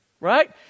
right